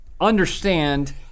Understand